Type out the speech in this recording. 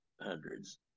hundreds